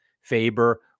Faber